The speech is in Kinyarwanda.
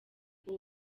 ubu